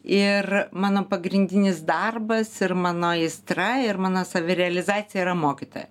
ir mano pagrindinis darbas ir mano aistra ir mano savirealizacija yra mokytoja